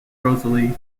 rosalie